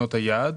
לתקנות היעד,